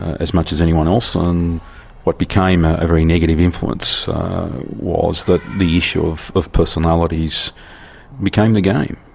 as much as anyone else, and what became a very negative influence was that the issue of of personalities became the game.